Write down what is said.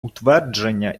утвердження